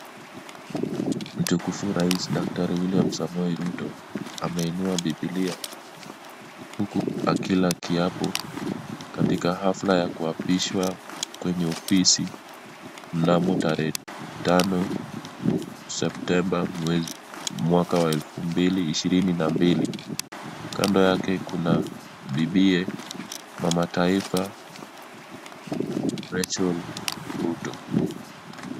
Mtukufu Rais Daktari William Samoei Ruto, ameinua Bibilia huku akila kiapo katika hafla ya kuapishwa kwenye ofisi mnamo tarehe tano Septemba mwaka wa elfu mbili ishirini na mbili. Kando yake kuna bibiye Mama Taifa Rachel Ruto.